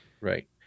right